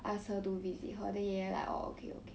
ask her to visit her then 爷爷 like orh okay okay